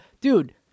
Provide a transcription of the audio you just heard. Dude